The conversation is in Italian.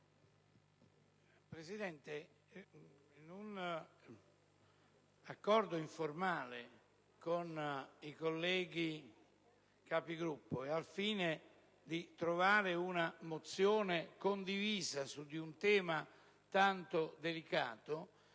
Presidente, in un accordo informale con i colleghi Capigruppo, al fine di trovare una mozione condivisa su un tema tanto delicato,